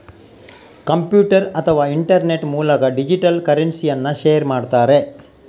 computer ಅಥವಾ internet ಮೂಲಕ digital ಕರೆನ್ಸಿಯನ್ನ ಶೇರ್ ಮಾಡ್ತಾರೆ